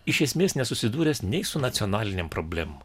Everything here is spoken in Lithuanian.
iš esmės nesusidūręs nei su nacionalinėm problemom